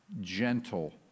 gentle